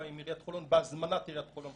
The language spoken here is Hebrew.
עם עיריית חולון בהזמנת עיריית חולון